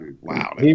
Wow